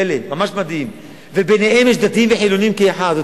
פלא, ממש מדהים, וביניהם יש דתיים וחילונים כאחד.